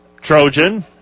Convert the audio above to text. Trojan